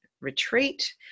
retreat